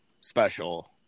special